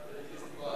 יושב-ראש ועדת הכלכלה,